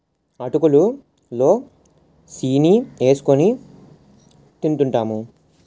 అటుకులు లో సీని ఏసుకొని తింటూంటాము